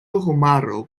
homaro